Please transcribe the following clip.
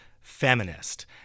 feminist